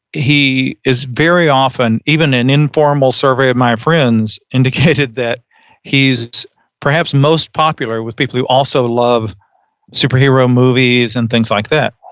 he is very often even an informal survey of my friends indicated that he's perhaps most popular with people who also love superhero movies and things like that.